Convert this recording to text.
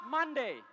Monday